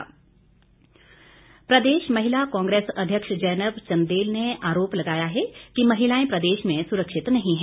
महिला कांग्रेस प्रदेश महिला कांग्रेस अध्यक्ष जैनब चंदेल ने आरोप लगाया कि महिलाएं प्रदेश में सुरक्षित नहीं है